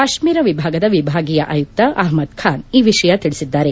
ಕಾಶ್ಮೀರ ವಿಭಾಗದ ವಿಭಾಗೀಯ ಆಯುಕ್ತ ಅಕ್ಕದ್ ಖಾನ್ ಈ ವಿಷಯ ತಿಳಿಸಿದ್ದಾರೆ